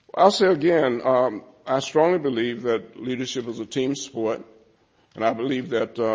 i'll say again i strongly believe that leadership is a team sport and i believe that